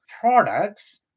products